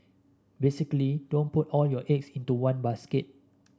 basically don't put all your eggs into one basket